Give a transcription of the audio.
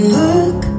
look